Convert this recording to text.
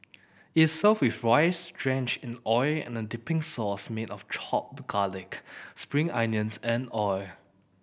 is served with rice drenched in oil with a dipping sauce made of chopped garlic spring onions and oil